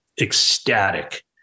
ecstatic